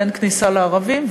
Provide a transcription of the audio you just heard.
ואין כניסה לערבים,